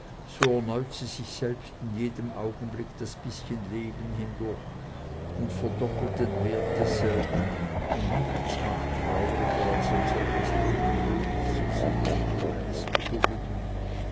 so erneut sie sich selbst in jedem augenblick das bißchen leben hindurch und verdoppelt den wert desselben und nichts macht trauriger als ein solches leben möglich zu sehen ohne es zu gewinnen